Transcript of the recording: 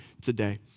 today